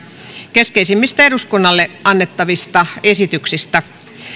keskeisimmistä eduskunnalle annettavista esityksistä